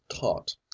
taught